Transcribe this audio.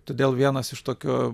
todėl vienas iš tokio